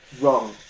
Wrong